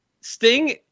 Sting